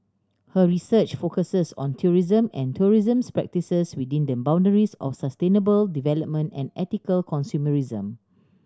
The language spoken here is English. her research focuses on tourism and tourism's practices within the boundaries of sustainable development and ethical consumerism